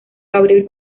gabriel